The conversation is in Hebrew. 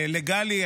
לגלי,